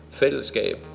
fællesskab